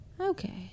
Okay